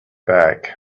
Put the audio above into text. back